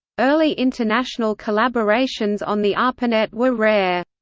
early international collaborations on the arpanet were rare.